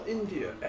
India